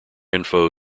info